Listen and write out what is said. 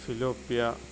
ഫിലോപ്പിയ